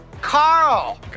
Carl